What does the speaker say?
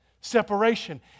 separation